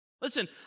listen